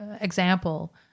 example